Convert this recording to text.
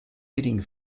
heading